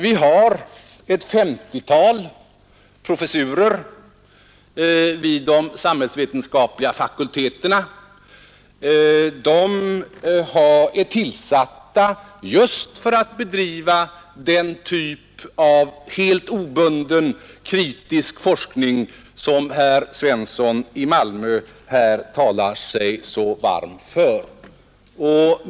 Vi har ett femtiotal professurer vid de samhällsvetenskapliga fakulteterna. De är tillsatta just för att bedriva den typ av helt obunden kritisk forskning som herr Svensson i Malmö här talar sig så varm för.